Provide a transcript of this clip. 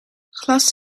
glas